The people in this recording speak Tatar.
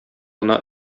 гына